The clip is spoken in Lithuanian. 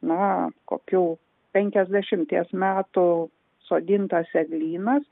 na kokių penkiasdešimties metų sodintas eglynas